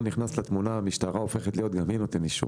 נכנס לתמונה המשטרה הופכת להיות גם היא נותן אישור.